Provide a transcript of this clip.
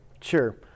Sure